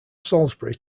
salisbury